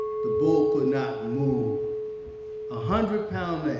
the bull could not move. a hundred pound man.